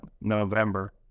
November